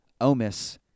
Omis